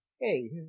hey